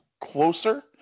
closer